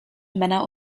männer